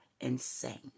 insane